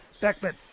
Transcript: Beckman